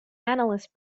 analysis